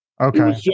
Okay